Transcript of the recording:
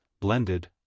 blended